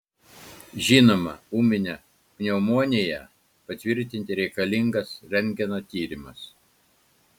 žinoma ūminę pneumoniją patvirtinti reikalingas rentgeno tyrimas